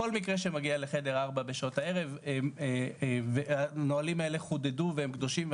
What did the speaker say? כל מקרה שמגיע לחדר ארבע בשעות הערב והנהלים האלה חודדו והם קדושים,